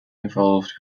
involved